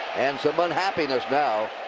and some unhappiness now.